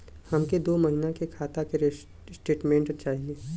हमके दो महीना के खाता के स्टेटमेंट चाही?